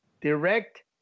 direct